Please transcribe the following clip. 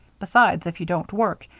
besides, if you don't work,